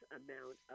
amount